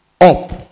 up